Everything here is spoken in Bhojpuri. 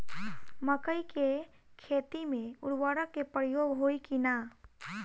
मकई के खेती में उर्वरक के प्रयोग होई की ना?